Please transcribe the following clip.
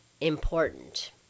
important